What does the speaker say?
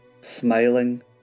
smiling